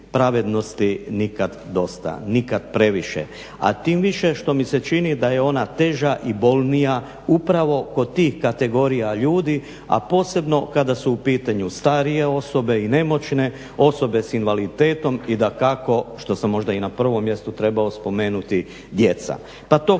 nikad previše. A tim više što mi se čini da je ona teža i bolnija upravo kod tih kategorija ljudi a posebno kada su u pitanju starije osobe i nemoćne, osobe s invaliditetom i dakako što sam možda i na prvom mjestu trebao spomenuti djeca. Pa tog